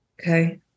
Okay